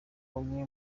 bamwe